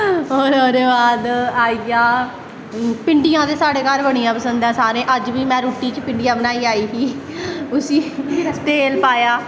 और ओह्दे बाद आईया भिंडियां बी साढ़े घर बड़ियां पसंद ऐं सारें अज्ज बी में रुट्टी च भिंडियां बनाई आई ही उसी तेल पाया